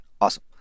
awesome